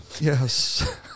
Yes